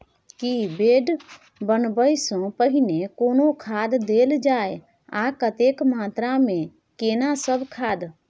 की bed बनबै सॅ पहिने कोनो खाद देल जाय आ कतेक मात्रा मे केना सब खाद?